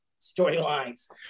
storylines